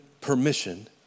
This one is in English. permission